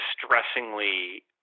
distressingly